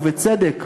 ובצדק,